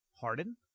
Harden